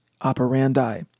operandi